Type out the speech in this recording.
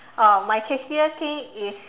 oh my tastiest thing is